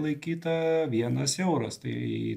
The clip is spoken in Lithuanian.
laikyta vienas euras tai